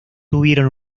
tuvieron